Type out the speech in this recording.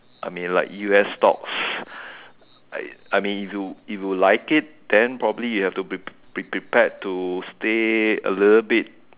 I mean like U_S stocks I mean if you if you like it then probably you have to be prefer to stay a little bit